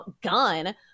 gun